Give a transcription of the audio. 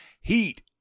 heat